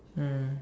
mm